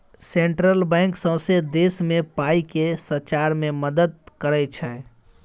central bank सौंसे देश मे पाइ केँ सचार मे मदत करय छै